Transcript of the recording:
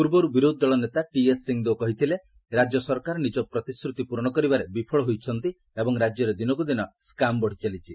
ପୂର୍ବରୁ ବିରୋଧି ଦଳ ନେତା ଟିଏସ୍ ସିଂହଦେଓ କହିଥିଲେ ରାଜ୍ୟ ସରକାର ନିଜ ପ୍ରତିଶ୍ରତି ପୂରଣ କରିବାରେ ବିଫଳ ହୋଇଛନ୍ତି ଏବଂ ରାଜ୍ୟରେ ଦିନକୁ ଦିନ ସ୍କାମ୍ ବଢ଼ିଚାଲିଛି